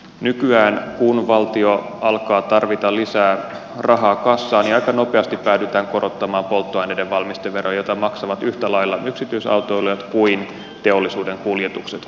nykyään kun valtio alkaa tarvita lisää rahaa kassaan aika nopeasti päädytään korottamaan polttoaineiden valmisteveroa jota maksavat yhtä lailla yksityisautoilijat kuin teollisuuden kuljetukset